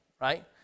right